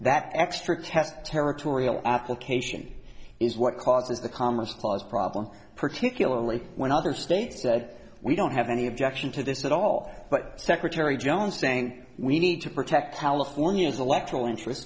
that extra test territorial application is what causes the commerce clause problem particularly when other states said we don't have any objection to this at all but secretary jones sank we need to protect california's electoral interest